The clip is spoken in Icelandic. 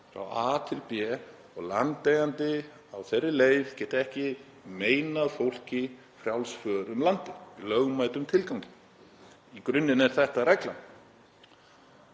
frá A til B og landeigandi á þeirri leið getur ekki meinað fólki frjálsri för um landið í lögmætum tilgangi. Í grunninn er þetta reglan.